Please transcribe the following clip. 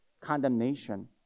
condemnation